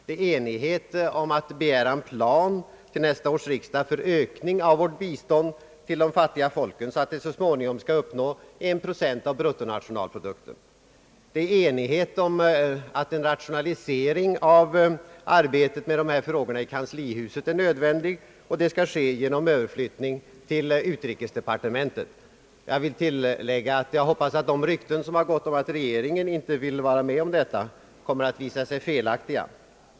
Det råder enighet om att begära en plan till nästa års riksdag för ökning av vårt bistånd till de fattiga folken så att biståndet så småningom skall uppnå 1 procent av bruttonationalprodukten. Det råder enighet om att en rationalisering av arbetet med dessa frågor i kanslihuset är nödvändig och att detta skall ske genom överflyttning av ärendena till utrikesdepartementet — jag vill tillägga att jag hoppas att de rykten som har gått om att regeringen inte vill vara med om detta kommer att visa sig vara felaktiga.